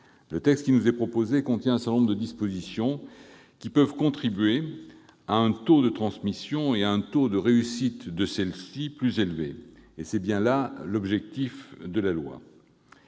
Le texte qui nous est proposé contient un certain nombre de dispositions qui peuvent contribuer à un taux de transmissions et à un taux de réussite de celles-ci plus élevé ; c'est d'ailleurs bien là son